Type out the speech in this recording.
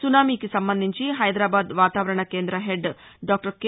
సునామీకి సంబంధించి హైదరాబాద్ వాతావరణ కేంద్ర హెడ్ డాక్టర్ కె